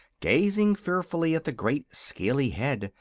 gazing fearfully at the great scaley head,